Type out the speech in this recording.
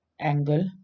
angle